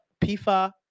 PIFA